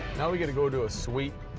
now we're gonna go to a sweet,